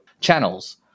channels